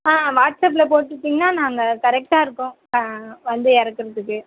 ஆ வாட்ஸ்ஆப்பில் போட்டு விட்டீங்கன்னா நாங்கள் கரெக்டாக இருக்கும் வந்து இறக்கறதுக்கு